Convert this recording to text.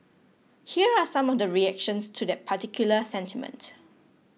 here are some of the reactions to that particular sentiment